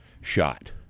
shot